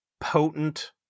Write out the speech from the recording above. potent